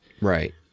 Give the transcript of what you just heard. Right